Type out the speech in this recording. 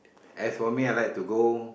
as for me I like to go